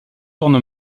tourne